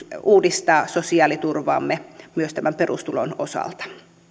uudistaa sosiaaliturvaamme myös tämän perustulon osalta